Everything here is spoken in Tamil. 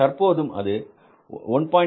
தற்போதும் அது 1